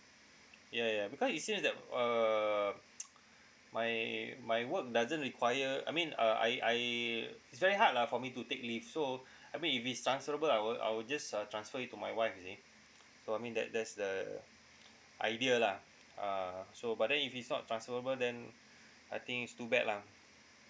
ya ya because it seems that uh my my work doesn't require I mean uh I I it's very hard lah for me to take leave so I mean if it's transferable I will I will just uh transfer it to my wife you see so I mean that that's the idea lah uh so but then if it's not transferable then I think it's too bad lah